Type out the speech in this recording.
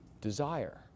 Desire